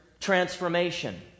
transformation